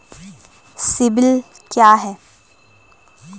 CIBIL क्या है?